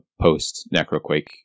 post-Necroquake